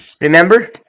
Remember